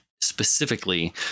specifically